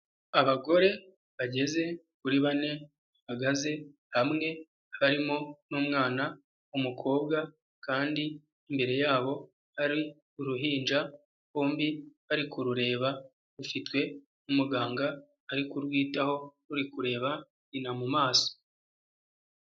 Abagore bageze kuri bane bahagaze hamwe, harimo n'umwana w'umukobwa kandi imbere yabo hari uruhinja, bombi bari kurureba rufitwe n'umuganga ari kurwitaho ruri kureba inyina mu maso.